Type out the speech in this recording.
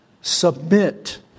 Submit